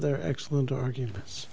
their excellent arguments